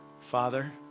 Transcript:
Father